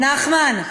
נחמן,